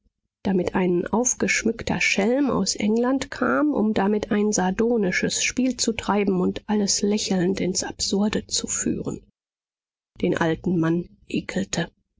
damit ein aufgeschmückter schelm aus england kam um damit ein sardonisches spiel zu treiben und alles lächelnd ins absurde zu führen den alten mann ekelte